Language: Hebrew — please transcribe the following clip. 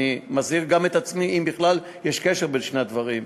אני מזהיר גם את עצמי אם בכלל יש קשר בין שני הדברים.